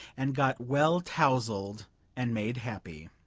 and got well tousled and made happy